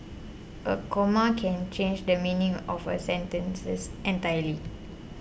a comma can change the meaning of a sentences entirely